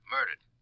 Murdered